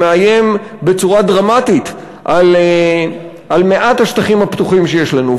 שמאיים בצורה דרמטית על מעט השטחים הפתוחים שיש לנו.